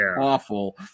awful